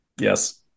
Yes